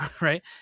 right